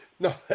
No